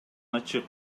ачык